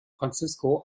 francisco